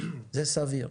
זה סביר,